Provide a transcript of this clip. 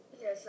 Yes